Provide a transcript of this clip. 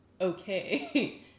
okay